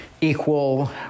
equal